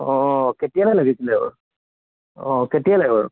অঁ কেতিয়ালৈ লাগিছিলে বাৰু অঁ কেতিয়ালৈ বাৰু